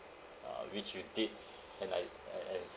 uh which we did and I and and